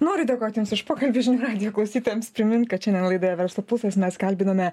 noriu dėkoti jums už pokalbį žinių radijo klausytojams primint kad šiandien laidoje verslo pulsas mes kalbinome